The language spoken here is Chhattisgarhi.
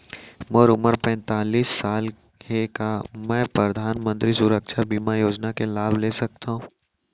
मोर उमर पैंतालीस साल हे का मैं परधानमंतरी सुरक्षा बीमा योजना के लाभ ले सकथव?